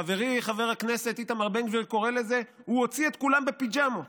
חברי חבר הכנסת איתמר בן גביר קורא לזה "הוא הוציא את כולם בפיג'מות